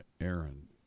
Aaron